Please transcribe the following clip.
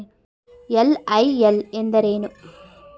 LIL ಎಂದರೇನು?